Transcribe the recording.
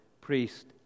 priest